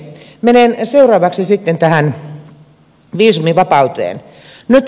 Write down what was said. menen seuraavaksi sitten tähän viisumivapauteen